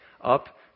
up